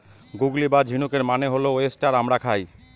গুগলি বা ঝিনুকের মানে হল ওয়েস্টার আমরা খাই